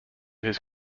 his